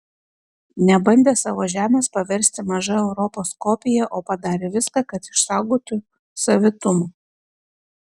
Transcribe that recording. nebandė savo žemės paversti maža europos kopija o padarė viską kad išsaugotų savitumą